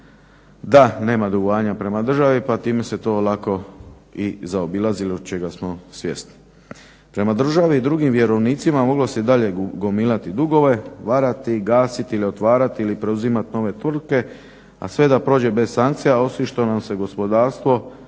da nema dugovanja prema državi, pa time se to lako i zaobilazilo čega smo svjesni. Prema državi i drugim vjerovnicima moglo se i dalje gomilati dugove, varati, gasiti ili otvarati ili preuzimati nove tvrtke, a sve da prođe bez sankcija osim što nam se gospodarstvo